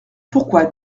pourquoi